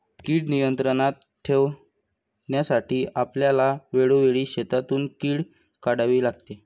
कीड नियंत्रणात ठेवण्यासाठी आपल्याला वेळोवेळी शेतातून कीड काढावी लागते